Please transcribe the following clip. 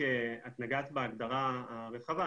את נגעת בהגדרה הרחבה,